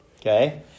okay